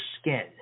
skin